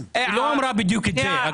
היא לא אמרה בדיוק את זה.